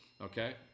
Okay